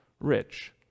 rich